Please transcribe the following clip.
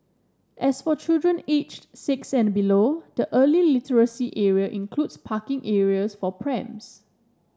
as for children aged six and below the early literacy area includes parking areas for prams